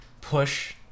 push